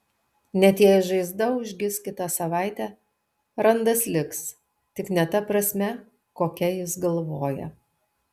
net jei žaizda užgis kitą savaitę randas liks tik ne ta prasme kokia jis galvoja